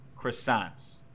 croissants